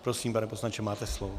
Prosím, pane poslanče, máte slovo.